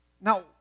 Now